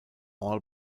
all